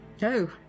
Go